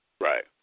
Right